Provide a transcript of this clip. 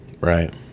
Right